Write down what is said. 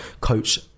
coach